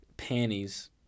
panties